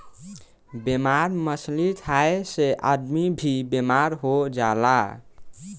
बेमार मछली खाए से आदमी भी बेमार हो जाला